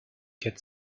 quatre